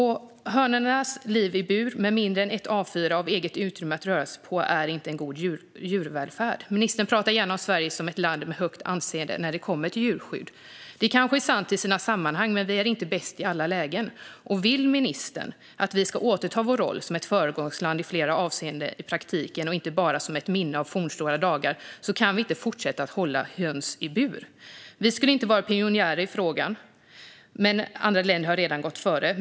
Hönornas liv i bur med mindre än ett A4-ark av eget utrymme att röra sig på är inte en god djurvälfärd. Ministern talar gärna om Sverige som ett land med högt anseende när det gäller djurskydd. Det kanske är sant i vissa sammanhang, men vi är inte bäst i alla lägen. Om ministern vill att vi ska återta vår roll som ett föregångsland i flera avseenden i praktiken och inte bara som ett minne av fornstora dagar kan vi inte fortsätta hålla höns i bur. Vi skulle inte vara pionjärer i frågan, för andra länder har redan gått före.